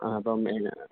ആ അപ്പം എന്നാ